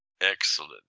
Excellent